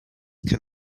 can